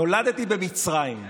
נולדתי במצרים,